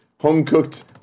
home-cooked